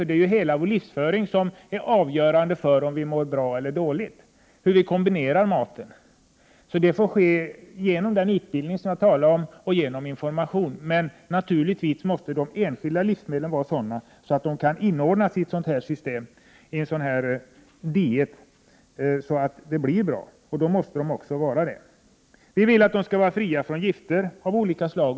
Det är ju hela vår livsföring som avgör om vi skall må bra eller dåligt. Det handlar om att kombinera maten på rätt sätt. Det behövs, som sagt, utbildning och information. Men självfallet måste de enskilda livsmedlen vara sådana att de kan inordnas i en lämplig diet. Dessutom vill vi att livsmedlen skall vara fria från gifter av olika slag.